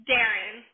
Darren